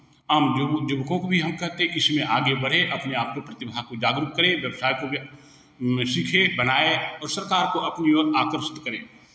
आम यु युवकों को भी हम कहते हैं कि इसमें आगे बढ़े अपने आप को प्रतिभा को जागरुक करें व्यवसाय को सीखें बनाएँ और सरकार को अपनी ओर आकर्षित करें